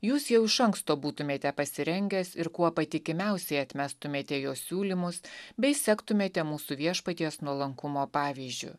jūs jau iš anksto būtumėte pasirengęs ir kuo patikimiausiai atmestumėte jo siūlymus bei sektumėte mūsų viešpaties nuolankumo pavyzdžiu